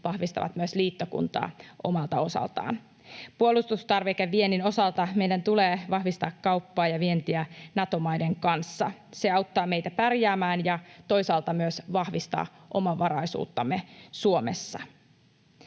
vahvistavat myös liittokuntaa omalta osaltaan. Puolustustarvikeviennin osalta meidän tulee vahvistaa kauppaa ja vientiä Nato-maiden kanssa. Se auttaa meitä pärjäämään ja toisaalta myös vahvistaa omavaraisuuttamme Suomessa.